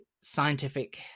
scientific